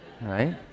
right